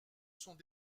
sont